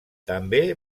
també